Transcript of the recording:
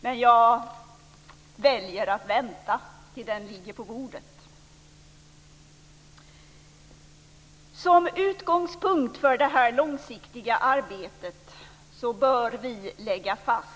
Men jag väljer att vänta tills den ligger på bordet. Som utgångspunkt för det långsiktiga arbetet bör vi lägga fast